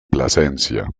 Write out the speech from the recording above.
plasencia